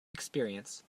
experience